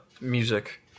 music